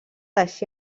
així